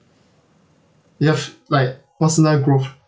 you have like personal growth